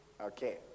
Okay